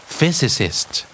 Physicist